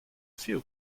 few